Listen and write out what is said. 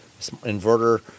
inverter